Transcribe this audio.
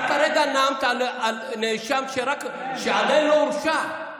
את כרגע נאמת על נאשם שעדיין לא הורשע.